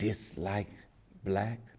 dislike black